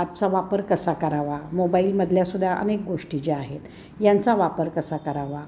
ॲपचा वापर कसा करावा मोबाईलमधल्यासुद्धा अनेक गोष्टी ज्या आहेत यांचा वापर कसा करावा